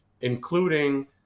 including